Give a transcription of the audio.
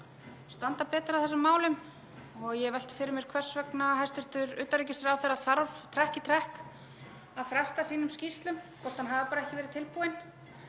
að standa betur að þessum málum og ég hef velt fyrir mér hvers vegna hæstv. utanríkisráðherra þarf trekk í trekk að fresta sínum skýrslum, hvort hann hafi bara ekki verið tilbúinn